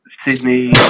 Sydney